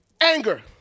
anger